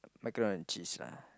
macaroni and cheese lah